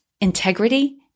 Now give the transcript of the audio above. integrity